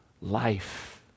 life